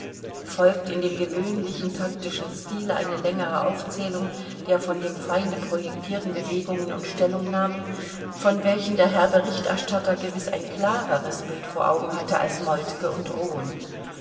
folgt in dem gewöhnlichen taktischen stile eine längere aufzählung der von dem feinde projektierten bewegungen und stellungnahmen von welchen der herr berichterstatter gewiß ein klareres bild vor augen hatte als moltke und roon